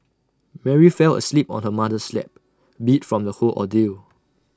Mary fell asleep on her mother's lap beat from the whole ordeal